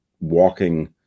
walking